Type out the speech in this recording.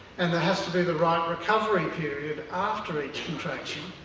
and there has to be the right recovery period after each contraction,